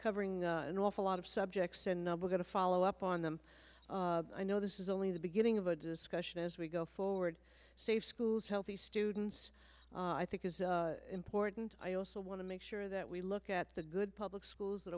covering an awful lot of subjects and i will get a follow up on them i know this is only the beginning of a discussion as we go forward safe schools healthy students i think is important i also want to make sure that we look at the good public schools that